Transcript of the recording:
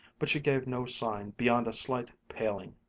but she gave no sign beyond a slight paling.